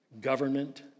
Government